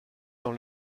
dans